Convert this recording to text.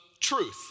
truth